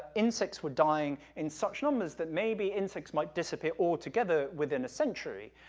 ah insects were dying in such numbers that, maybe, insects might disappear altogether within a century.